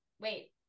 Wait